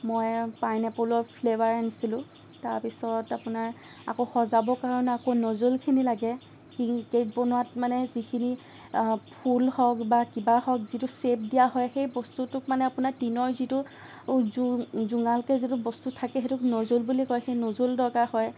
মই পাইনেপোলৰ ফ্লেভাৰ আনিছিলোঁ তাৰপিছত আপোনাৰ আকৌ সজাবৰ কাৰণে আকৌ নজল্ খিনি লাগে কেক বনোৱাত মানে যিখিনি ফুল হওঁক বা কিবা হওঁক যিটো চেপ দিয়া হয় সেই বস্তুটোক আপোনাৰ টিনৰ যিটো জো জোঙাকে যিটো বস্তু থাকে সেইটোক নজুল বুলি কয় সেই নজুল দৰকাৰ হয়